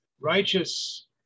righteous